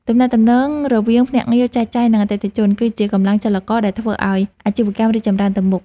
ទំនាក់ទំនងរវាងភ្នាក់ងារចែកចាយ និងអតិថិជន គឺជាកម្លាំងចលករដែលធ្វើឱ្យអាជីវកម្មរីកចម្រើនទៅមុខ។